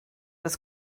was